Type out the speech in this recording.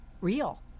real